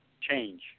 change